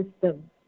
system